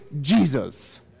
Jesus